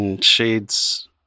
shades